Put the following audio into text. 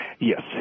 Yes